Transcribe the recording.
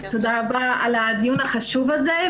תודה רבה על הדיון החשוב הזה,